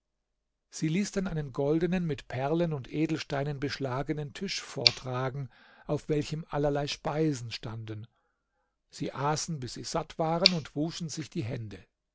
sie ließ dann einen goldenen mit perlen und edelsteinen beschlagenen tisch vortragen auf welchem allerlei speisen standen sie aßen bis sie satt waren und wuschen sich die hände